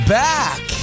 back